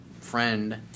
friend